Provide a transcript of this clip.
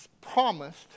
promised